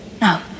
No